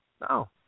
No